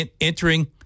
Entering